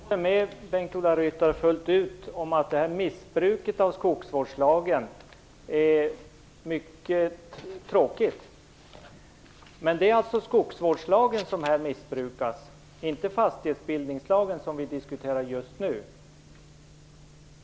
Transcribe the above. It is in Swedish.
Fru talman! Jag håller fullständigt med Bengt-Ola Ryttar att det är tråkigt att skogsvårdslagen missbrukas. Men det är alltså skogsvårdslagen som missbrukas - inte fastighetsbildningslagen som vi diskuterar just nu.